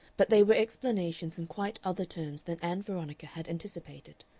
but they were explanations in quite other terms than ann veronica had anticipated,